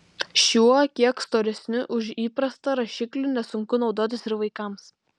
šiuo kiek storesniu už įprastą rašikliu nesunku naudotis ir vaikams